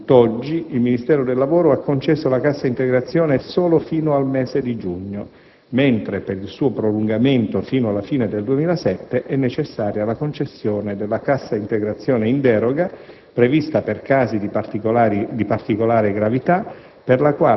A tutt'oggi, il Ministero del lavoro ha concesso la cassa integrazione solo fino al mese di giugno, mentre per il suo prolungamento fino alla fine del 2007 è necessaria la concessione della cassa integrazione in deroga, prevista per casi di particolare gravità,